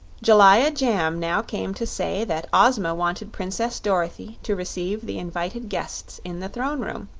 jellia jamb now came to say that ozma wanted princess dorothy to receive the invited guests in the throne-room,